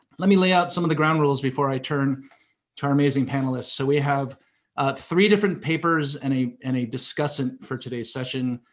let me lay out some of the ground rules before i turn to our amazing panelists. so we have three different papers and a and a discussant for today's session,